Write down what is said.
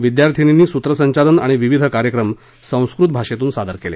विद्यार्थींनींनी सूत्रसंचालन आणि विविध कार्यक्रम संस्कृत भाषेतून सादर केले